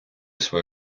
своє